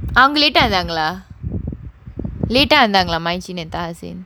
அவங்க:avanga late ah இருந்தாங்களா:irunthaangala late ah வந்தாங்களா:vanthaangala and